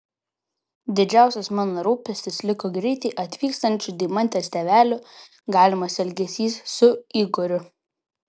didžiausias mano rūpestis liko greitai atvykstančių deimantės tėvelių galimas elgesys su igoriu